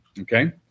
Okay